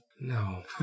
No